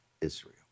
Israel